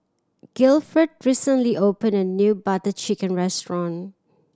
Gilford recently opened a new Butter Chicken restaurant